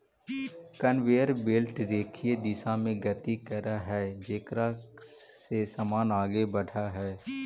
conveyor belt रेखीय दिशा में गति करऽ हई जेकरा से समान आगे बढ़ऽ हई